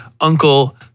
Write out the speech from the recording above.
uncle